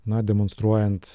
na demonstruojant